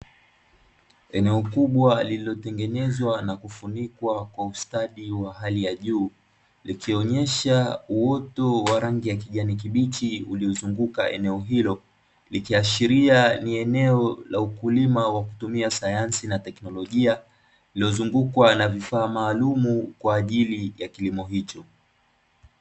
Eneo kubwa lililotengenezwa na kufunikwa kwa ustadi wa hali ya juu, likionyesha uoto wa rangi ya kijani kibichi uliozunguka eneo hilo, likiashiria ni eneo la ukulima wa kutumia sayansi na teknolojia, lililozungukwa na vifaa maalumu kwa ajili ya kilimo hicho.